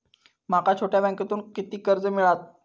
माका छोट्या बँकेतून किती कर्ज मिळात?